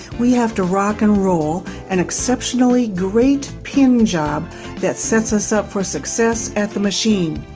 we have to rock and roll an exceptionally great pin job that sets us up for success at the machine.